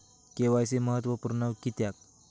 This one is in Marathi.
के.वाय.सी महत्त्वपुर्ण किद्याक?